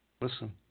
Listen